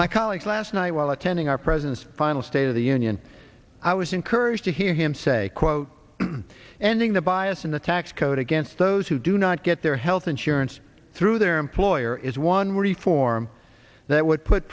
my colleagues last night while attending our president's final state of the union i was encouraged to hear him say quote ending the bias in the tax code against those who do not get their health insurance through their employer is one where you form that would put